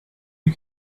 you